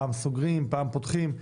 פעם סוגרים, פעם פותחים.